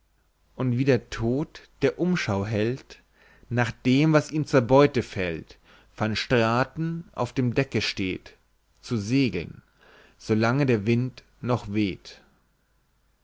und wie der tod der umschau hält nach dem was ihm zur beute fällt van straten auf dem decke steht zu segeln solange der wind noch weht